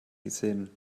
gesehen